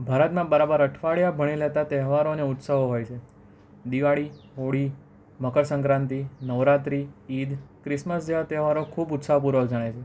ભારતના બરાબર અઠવાડિયા ભણી લેતા તહેવારોને ઉત્સવો હોય છે દિવાળી હોળી મકરસંક્રાંતિ નવરાત્રી ઈદ ક્રિસમસ જેવા તહેવારો ખૂબ ઉત્સાહપૂર્વક જણાય છે